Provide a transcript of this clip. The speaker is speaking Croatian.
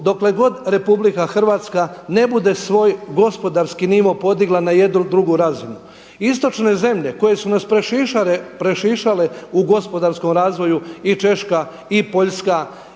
dokle god RH ne bude svoj gospodarski nivo podigla na jednu drugu razinu. Istočne zemlje koje su nas prešišale u gospodarskom razvoju i Češka i Poljska